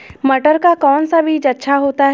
मटर का कौन सा बीज अच्छा होता हैं?